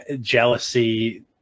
jealousy